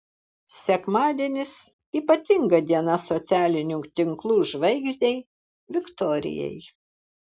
sekmadienis ypatinga diena socialinių tinklų žvaigždei viktorijai